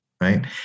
right